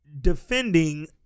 defending